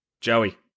Joey